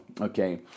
Okay